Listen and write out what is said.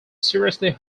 seriously